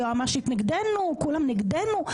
היועמ"שית נגדנו, כולם נגדנו.